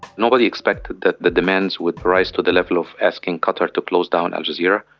nobody expected that the demands would rise to the level of asking qatar to close down al jazeera.